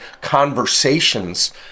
conversations